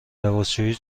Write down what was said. لباسشویی